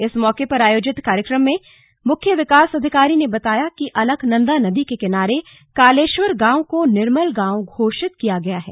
इस मौके पर आयोजित कार्यक्रम में मुख्य विकास अधिकारी ने बताया कि अलकनंदा नदी के किनारे कालेश्वर गांव को निर्मल गांव घोषित किया गया है